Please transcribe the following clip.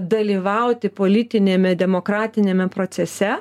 dalyvauti politiniame demokratiniame procese